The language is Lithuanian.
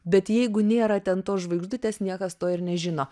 bet jeigu nėra ten tos žvaigždutės niekas to ir nežino